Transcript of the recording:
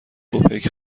اوپک